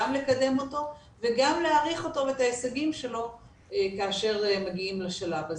גם לקדם אותו וגם להעריך אותו ואת ההישגים שלו כאשר מגיעים לשלב הזה.